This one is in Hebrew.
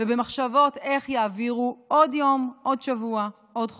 ובמחשבות איך יעבירו עוד יום, עוד שבוע, עוד חודש.